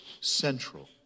central